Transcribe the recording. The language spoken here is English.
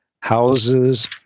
houses